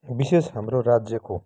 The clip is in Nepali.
विशेष हाम्रो राज्यको